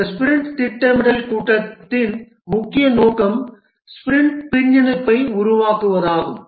இந்த ஸ்பிரிண்ட் திட்டமிடல் கூட்டத்தின் முக்கிய நோக்கம் ஸ்பிரிண்ட் பின்னிணைப்பை உருவாக்குவதாகும்